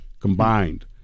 combined